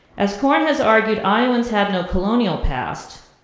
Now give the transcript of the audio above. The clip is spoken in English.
as horn has argued, iowans had no colonial past,